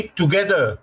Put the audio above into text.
together